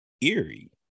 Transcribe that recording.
eerie